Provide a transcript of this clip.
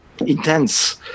intense